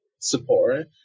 support